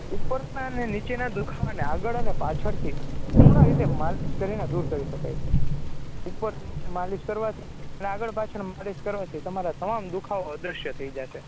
ઉપરના ને નીચેના દુખાવાના આગળ અને પાછળથી સંપૂર્ણ રીતે માલિશ કરીને દૂર કરી શકાય છે ઉપર નીચે માલિશ કરવાથી અને આગળ પાછળ માલિશ કરવાથી તમારે તમામ દુખાવો અદ્રશ્ય થઈ જાશે